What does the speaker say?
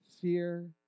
fear